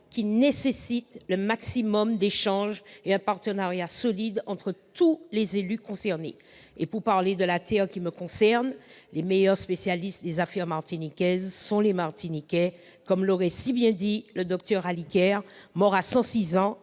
qui nécessite un maximum d'échanges et un partenariat solide entre tous les élus concernés. Pour parler de la terre qui me concerne, les meilleurs spécialistes des affaires martiniquaises sont les Martiniquais, comme l'aurait si bien dit le docteur Aliker, mort à 106 ans,